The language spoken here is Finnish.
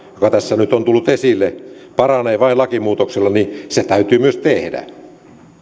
joka tässä nyt on tullut esille paranee vain lakimuutoksella niin se täytyy myös tehdä